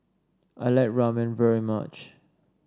I like Ramen very much